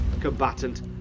combatant